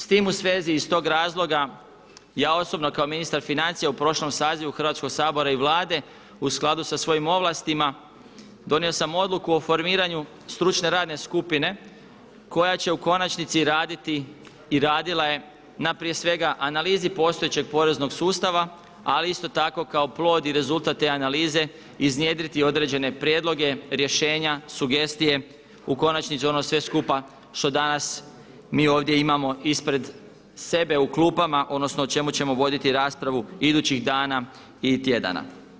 S time u svezi, i iz tog razloga ja osobno kao ministar financija u prošlom sazivu Hrvatskoga saziva i Vlade, u skladu sa svojim ovlastima, donio sam odluku o formiranju stručne radne skupine koja će u konačnici raditi i radila je na prije svega analizi postojećeg poreznog sustava ali isto tako kao plod i rezultat te analize iznjedriti određene prijedloge, rješenja, sugestije, u konačnici ono sve skupa što danas mi ovdje imamo ispred sebe u klupama, odnosno o čemu ćemo voditi raspravu idućih dana i tjedana.